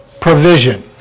provision